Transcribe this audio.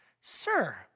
Sir